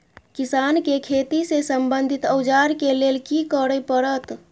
किसान के खेती से संबंधित औजार के लेल की करय परत?